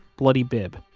bloody bibb,